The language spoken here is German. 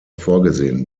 vorgesehen